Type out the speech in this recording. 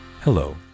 Hello